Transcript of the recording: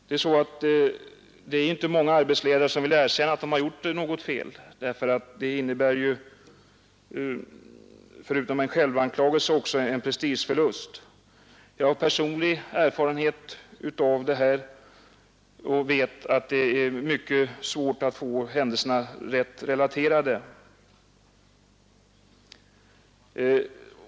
Det är inte många arbetsledare som vill erkänna att de har gjort något fel, därför att det ju förutom en självanklagelse också innebär en prestigeförlust. Jag har personlig erfarenhet av detta och vet att det är mycket svårt att få händelseförloppet riktigt relaterat.